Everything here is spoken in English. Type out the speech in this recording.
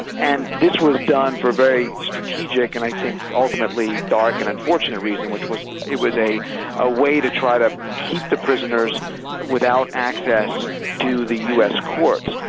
and this was done for a very strategic and i think ultimately dark and unfortunate reason which was it was a a way to try to keep the prisoners without access to the us courts,